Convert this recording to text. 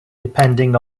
depending